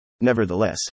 Nevertheless